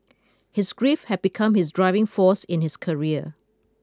his grief had become his driving force in his career